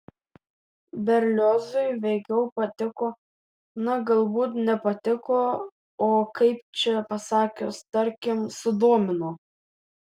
berliozui veikiau patiko na galbūt ne patiko o kaip čia pasakius tarkim sudomino